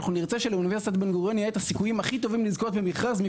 נרצה שלאוניברסיטת בן-גוריון יהיו הסיכויים הכי טובים לזכות במכרז.